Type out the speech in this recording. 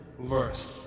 verse